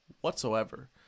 whatsoever